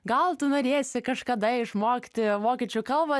gal tu norėsi kažkada išmokti vokiečių kalbą